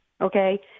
Okay